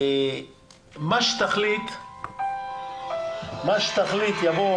מה שתחליט יבוא